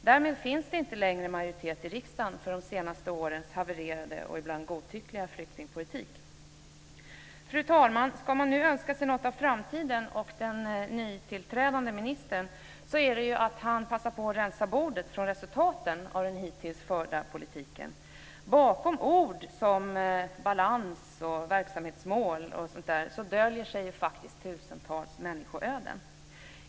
Därmed finns det inte längre majoritet i riksdagen för de senaste årens havererade och ibland godtyckliga flyktingpolitik. Fru talman! Ska man nu önska sig något av framtiden och den nytillträdande ministern är det att denne passar på att rensa bordet från resultatet av den hittills förda politiken. Bakom ord som "balans", "verksamhetsmål" o.d. döljer sig faktiskt tusentals människoöden.